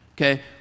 Okay